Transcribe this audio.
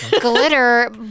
glitter